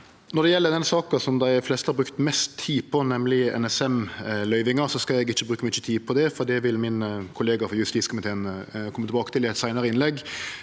Når det gjeld den saka som dei fleste har brukt mest tid på, nemleg NSM-løyvinga, skal eg ikkje bruke mykje tid på det, for det vil min kollega frå justiskomiteen kome tilbake til i eit seinare innlegg.